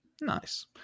Nice